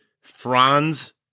Franz